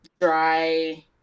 dry